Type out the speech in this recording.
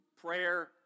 Prayer